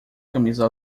camisa